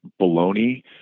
baloney